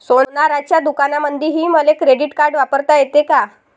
सोनाराच्या दुकानामंधीही मले क्रेडिट कार्ड वापरता येते का?